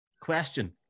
Question